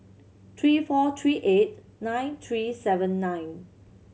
three four three eight nine three seven nine